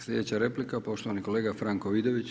Slijedeća replika, poštovani kolega Franko Vidović.